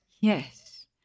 Yes